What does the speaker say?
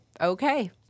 okay